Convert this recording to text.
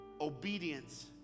Obedience